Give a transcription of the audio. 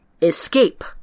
Escape